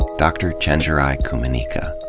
dr. chenjerai kumanyika.